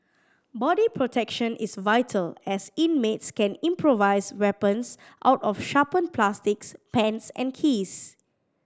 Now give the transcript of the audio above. body protection is vital as inmates can improvise weapons out of sharpened plastics pens and keys